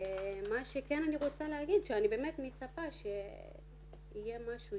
מה שכן אני רוצה להגיד שאני מצפה שיהיה משהו,